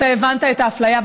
אתה הבנת את האפליה.